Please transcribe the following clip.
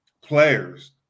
players